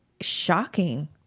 shocking